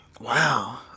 Wow